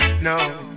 No